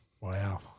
Wow